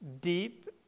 Deep